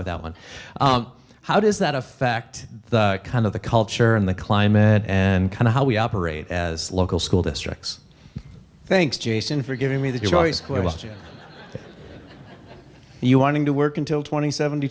without one how does that affect the kind of the culture and the climate and kind of how we operate as local school districts thanks jason for giving me that you're always clear last year you wanting to work until twenty seventy